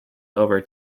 over